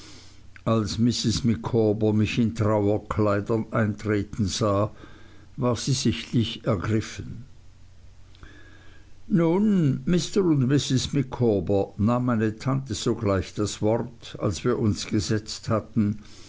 als mrs micawber mich in trauerkleidern eintreten sah war sie sichtlich ergriffen nun mr und mrs micawber nahm meine tante sogleich das wort als wir uns gesetzt hatten